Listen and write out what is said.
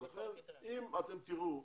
לכן, אם אתם תראו,